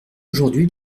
aujourd’hui